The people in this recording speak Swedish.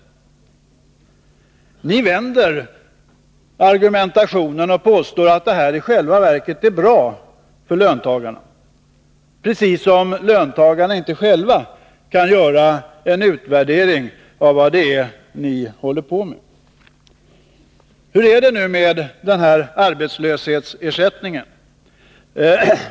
Ni vänder argumentationen och påstår att detta i själva verket är bra för löntagarna — precis som om löntagarna inte själva kan göra en utvärdering av vad det är ni håller på med. Hur är det nu med arbetslöshetsersättningen?